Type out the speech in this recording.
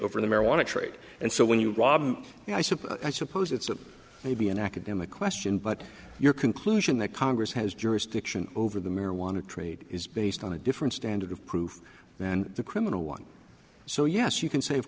over the marijuana trade and so when you and i suppose i suppose it's maybe an academic question but your conclusion that congress has jurisdiction over the marijuana trade is based on a different standard of proof and the criminal one so yes you can sa